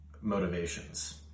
motivations